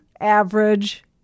average